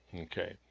okay